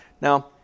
Now